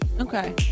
okay